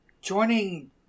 joining